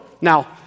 Now